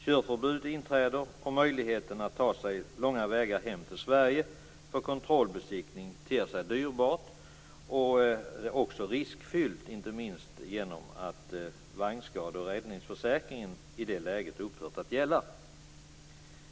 Körförbud inträder, och möjligheten att ta sig långa vägar hem till Sverige för kontrollbesiktning ter sig dyrbar och också riskfylld, inte minst genom att vagnskade och räddningsförsäkringen i det läget upphört att gälla.